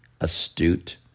astute